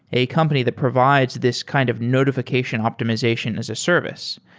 a company that provides this kind of notification optimization as a service,